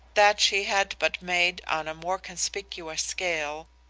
that she had but made on a more conspicuous scale,